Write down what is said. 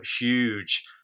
huge